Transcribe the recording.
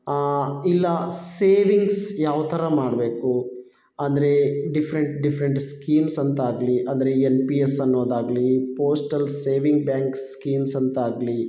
ಇಲ್ಲ ಸೇವಿಂಗ್ಸ್ ಯಾವ ಥರ ಮಾಡಬೇಕು ಅಂದರೆ ಡಿಫ್ರೆಂಟ್ ಡಿಫ್ರೆಂಟ್ ಸ್ಕೀಮ್ಸ್ ಅಂತಾಗಲಿ ಅಂದರೆ ಯನ್ ಪಿ ಯಸ್ ಅನ್ನೋದಾಗಲಿ ಪೋಸ್ಟಲ್ ಸೇವಿಂಗ್ ಬ್ಯಾಂಕ್ ಸ್ಕೀಮ್ಸ್ ಅಂತಾಗಲಿ